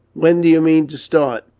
when do you mean to start?